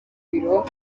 biro